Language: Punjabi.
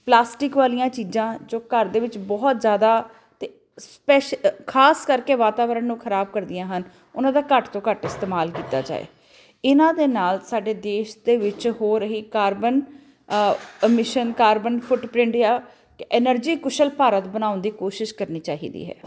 ਪਲਾਸਟਿਕ ਵਾਲੀਆਂ ਚੀਜ਼ਾਂ ਜੋ ਘਰ ਦੇ ਵਿੱਚ ਬਹੁਤ ਜ਼ਿਆਦਾ ਅਤੇ ਸਪੈ ਖਾਸ ਕਰਕੇ ਵਾਤਾਵਰਨ ਨੂੰ ਖਰਾਬ ਕਰਦੀਆਂ ਹਨ ਉਹਨਾਂ ਦਾ ਘੱਟ ਤੋਂ ਘੱਟ ਇਸਤੇਮਾਲ ਕੀਤਾ ਜਾਏ ਇਹਨਾਂ ਦੇ ਨਾਲ ਸਾਡੇ ਦੇਸ਼ ਦੇ ਵਿੱਚ ਹੋ ਰਹੇ carbon emission carbon footprint ਜਾਂ ਐਨਰਜੀ ਕੁਸ਼ਲ ਭਾਰਤ ਬਣਾਉਣ ਦੀ ਕੋਸ਼ਿਸ਼ ਕਰਨੀ ਚਾਹੀਦੀ ਹੈ